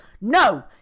No